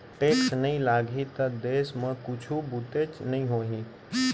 tax नइ लगाही त देस म कुछु बुतेच नइ होही